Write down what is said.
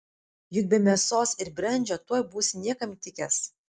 juk be mėsos ir brendžio tuoj būsi niekam tikęs